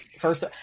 First